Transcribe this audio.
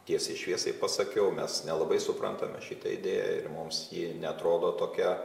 tiesiai šviesiai pasakiau mes nelabai suprantame šitą idėją ir mums ji neatrodo tokia